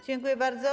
Dziękuję bardzo.